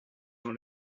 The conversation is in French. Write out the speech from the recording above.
dans